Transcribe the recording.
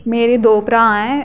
मेरे दो भ्राऽ न